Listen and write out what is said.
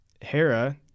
Hera